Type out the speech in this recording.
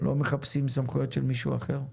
לא מחפשים סמכויות של מישהו אחר.